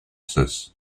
cesse